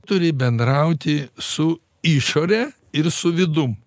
turi bendrauti su išore ir su vidum